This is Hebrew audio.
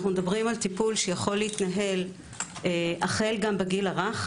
אנו מדברים על טיפול שיכול להתנהל החל בגיל הרך,